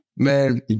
Man